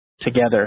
together